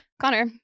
Connor